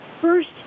first